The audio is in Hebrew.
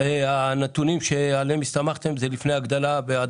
אומנם הנתונים שעליהם הסתמכתם הם לפני ההגדלה ואומנם